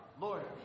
Lord